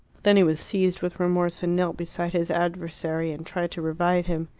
then he was seized with remorse, and knelt beside his adversary and tried to revive him.